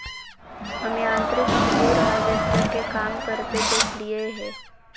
हम यांत्रिक अंगूर हार्वेस्टर के काम करते देखलिए हें